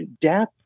death